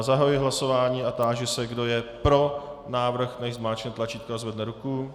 Zahajuji hlasování a táži se, kdo je pro návrh, nechť zmáčkne tlačítko a zvedne ruku.